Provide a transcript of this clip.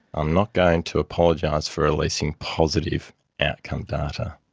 i'm not going to apologise for releasing positive outcome data.